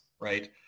right